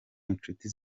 inshuti